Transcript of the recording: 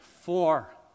Four